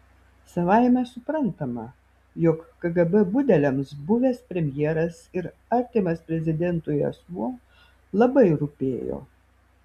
savaime suprantama jog kgb budeliams buvęs premjeras ir artimas prezidentui asmuo labai rūpėjo